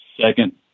second